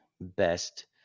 best